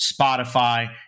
Spotify